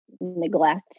neglect